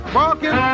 walking